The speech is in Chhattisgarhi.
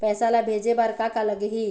पैसा ला भेजे बार का का लगही?